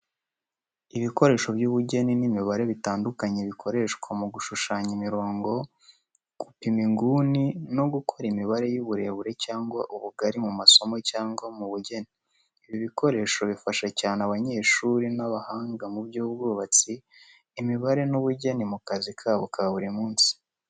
Ibikoresho by’ubugeni n’imibare bitandukanye bikoreshwa mu gushushanya imirongo, gupima inguni no gukora imibare y’uburebure cyangwa ubugari mu masomo cyangwa mu bugeni. Ibi bikoresho bifasha cyane abanyeshuri n’abahanga mu by’ubwubatsi, imibare n’ubugeni mu kazi kabo ka buri munsi.